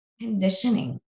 Conditioning